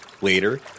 Later